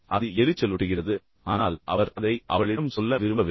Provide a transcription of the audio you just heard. அது தன்னை எரிச்சலூட்டுகிறது ஆனால் அவர் அதை அவளிடம் சொல்ல விரும்பவில்லை